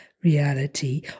Reality